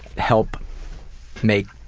help make